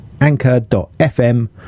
anchor.fm